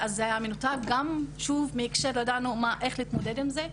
וזה שוב היה מנותק מהקשר ולא ידענו איך להתמודד עם זה.